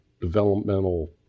developmental